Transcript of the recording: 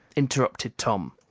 interrupted tom,